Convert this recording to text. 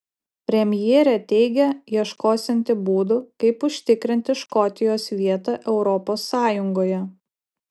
premjerė teigia ieškosianti būdų kaip užtikrinti škotijos vietą europos sąjungoje